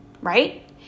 Right